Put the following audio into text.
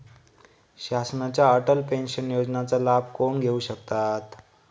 शासनाच्या अटल पेन्शन योजनेचा लाभ कोण घेऊ शकतात?